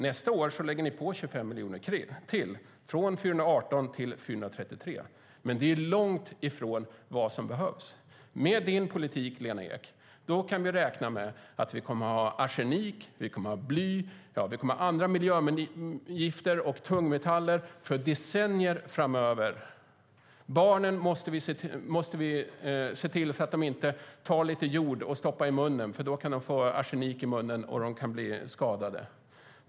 Nästa år lägger ni på 25 miljoner, från 418 till 433, men det är långt ifrån vad som behövs. Med din politik, Lena Ek, kan vi räkna med att det kommer att finnas arsenik, bly och andra miljögifter och tungmetaller för decennier framöver. Vi får se till att barnen inte stoppar jord i munnen eftersom de kan få i sig arsenik och skadas.